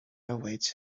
awaits